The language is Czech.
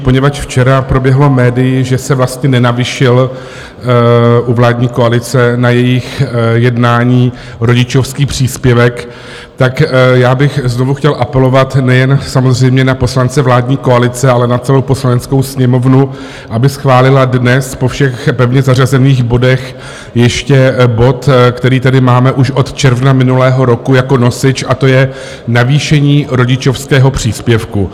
Poněvadž včera proběhlo médii, že se vlastně nenavýšil u vládní koalice na jejich jednání rodičovský příspěvek, tak bych znovu chtěl apelovat nejen samozřejmě na poslance vládní koalice, ale na celou Poslaneckou sněmovnu, aby schválila dnes po všech pevně zařazených bodech ještě bod, který tady máme už od června minulého roku jako nosič, a to je Navýšení rodičovského příspěvku.